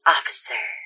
Officer